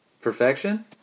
Perfection